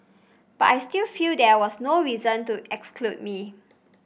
but I still feel there was no reason to exclude me